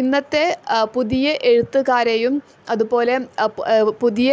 ഇന്നത്തെ പുതിയ എഴുത്തുകാരെയും അതു പോലെ പുതിയ